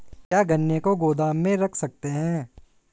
क्या गन्ने को गोदाम में रख सकते हैं?